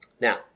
Now